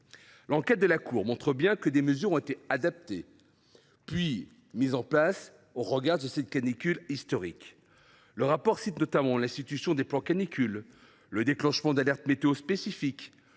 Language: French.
L’enquête de la Cour montre bien que des mesures ont été adoptées depuis cette canicule historique. Le rapport cite notamment l’institution des plans Canicule, le déclenchement d’alertes météo spécifiques,